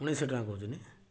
ଉଣେଇଶି ଶହ ଟଙ୍କା କହୁଛନ୍ତି